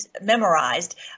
memorized